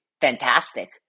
fantastic